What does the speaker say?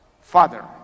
father